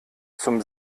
zum